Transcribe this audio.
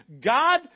God